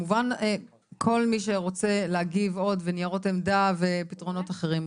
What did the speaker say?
כל מי שרוצה להגיב עוד וניירות עמדה ופתרונות אחרים,